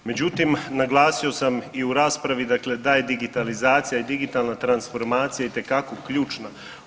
Međutim, naglasio sam i u raspravi dakle da je digitalizacija i digitalna transformacija itekako ključna.